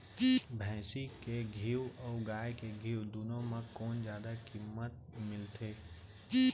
भैंसी के घीव अऊ गाय के घीव दूनो म कोन जादा किम्मत म मिलथे?